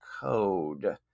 code